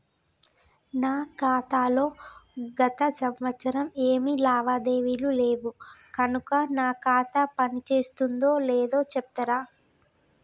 నా ఖాతా లో గత సంవత్సరం ఏమి లావాదేవీలు లేవు కనుక నా ఖాతా పని చేస్తుందో లేదో చెప్తరా?